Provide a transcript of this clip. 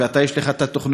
ואתה יש לך התוכניות,